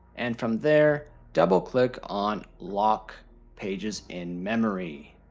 and from there double click on lock pages in memory.